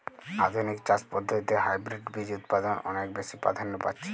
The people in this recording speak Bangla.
আধুনিক চাষ পদ্ধতিতে হাইব্রিড বীজ উৎপাদন অনেক বেশী প্রাধান্য পাচ্ছে